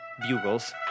bugles